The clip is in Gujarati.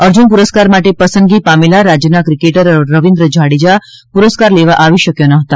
અર્જૂન પુરસ્કાર માટે પસંદગી પામેલા રાજ્યના ક્રિકેટર રવિન્દ્ર જાડેજા પુરસ્કાર લેવા આવી શક્યો નહતો